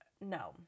no